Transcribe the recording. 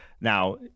now